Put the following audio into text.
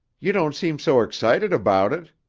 you don't seem so excited about it.